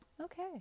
Okay